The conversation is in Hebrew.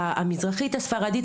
המזרחית הספרדית,